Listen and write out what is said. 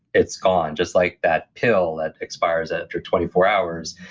it's gone. just like that pill that expires after twenty four hours,